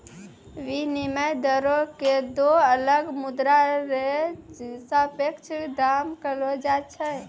विनिमय दरो क दो अलग मुद्रा र सापेक्ष दाम कहलो जाय छै